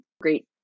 great